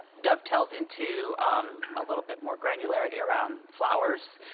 dovetails into a little bit more granularity around fower's.